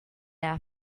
are